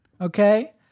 okay